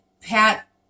Pat